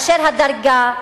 הדרגה,